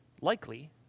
likely